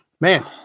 man